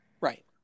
Right